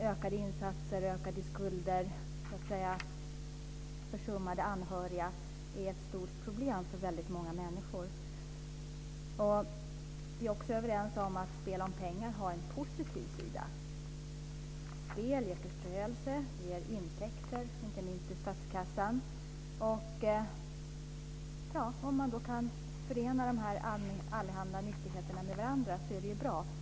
Ökade insatser, ökade skulder och försummade anhöriga är ett stort problem för många människor. Vi är också överens om att spel om pengar har en positiv sida. Spel ger förströelse, intäkter inte minst till statskassan. Om man kan förena dessa allehanda nyttigheter med varandra är det bra.